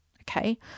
okay